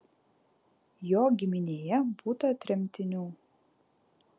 jo giminėje būta tremtinių